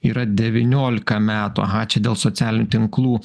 yra devyniolika metų aha čia dėl socialinių tinklų